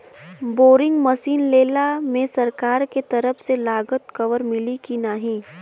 Boring machine लेला मे सरकार के तरफ से लागत कवर मिली की नाही?